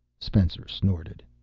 spencer snorted.